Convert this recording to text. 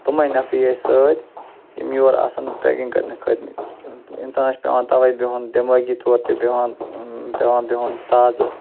تِمَے نَفری اَسہِ سۭتۍ یِم یور آسن ٹرٛیٚکِنٛگ کَرنہِ کھٔتۍمتۍ اِنسانَس چھ پٮ۪وان تَوَے بِہُن دمٲغی تور تہِ بِہُن پٮ۪وان بِہُن تازٕ